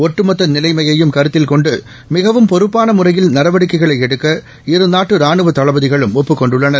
ஒட்டுமொத்தநிலைமையையும் கருத்தில் கொண்டுமிகவும் பொறுப்பானமுறையில் நடவடிக்கைகளைஎடுக்க இருநாட்டுராணுவதளபதிகளும் ஒப்புக் கொண்டுள்ளனர்